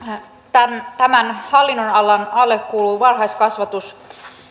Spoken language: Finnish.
tämän tämän hallinnonalan alle kuuluu varhaiskasvatus